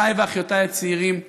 אחיי ואחיותיי הצעירים,